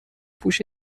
پوش